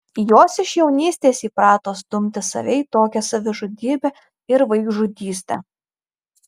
jos iš jaunystės įprato stumti save į tokią savižudybę ir vaikžudystę